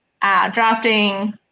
drafting